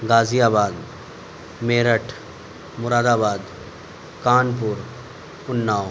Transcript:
غازی آباد میرٹھ مرادآباد کانپور اناو